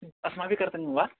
अस्माभिः कर्तनीयं वा